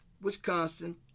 Wisconsin